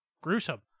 gruesome